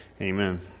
Amen